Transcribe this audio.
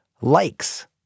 likes